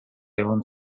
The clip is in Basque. egon